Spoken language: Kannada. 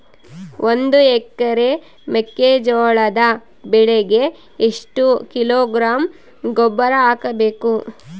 ಒಂದು ಎಕರೆ ಮೆಕ್ಕೆಜೋಳದ ಬೆಳೆಗೆ ಎಷ್ಟು ಕಿಲೋಗ್ರಾಂ ಗೊಬ್ಬರ ಹಾಕಬೇಕು?